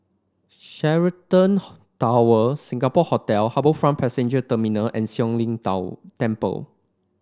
Sheraton Tower Singapore Hotel HarbourFront Passenger Terminal and Siong Lim Temple